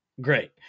great